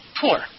poor